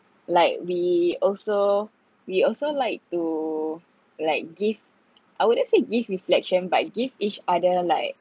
like we also we also like to like give I wouldn't say give reflection but give each other like